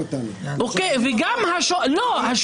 לכן המשחק הפוליטי הזה של רוב ומיעוט לא יתאים למערכת שהיא